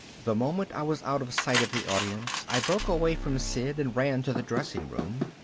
the moment i was out of sight of the audience i broke away from sid and ran to the dressing room.